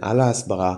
מינהל ההסברה,